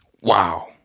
Wow